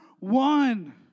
One